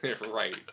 Right